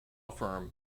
firm